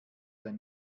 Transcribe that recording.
ein